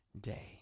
day